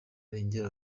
arengera